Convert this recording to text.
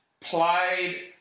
played